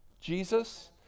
Jesus